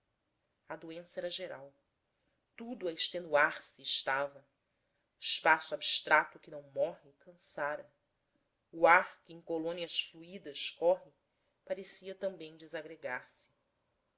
a doença era geral tudo a extenuar se estava o espaço abstrato que não morre cansara o ar que em colônias fluídas corre parecia também desagregar se